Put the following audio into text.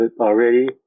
already